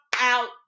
out